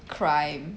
crime